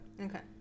Okay